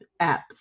apps